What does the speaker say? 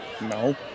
No